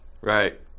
Right